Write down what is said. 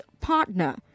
partner